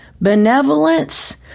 benevolence